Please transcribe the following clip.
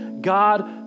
God